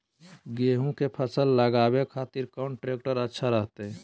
गेहूं के फसल लगावे खातिर कौन ट्रेक्टर अच्छा रहतय?